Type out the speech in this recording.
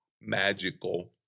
magical